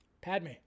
padme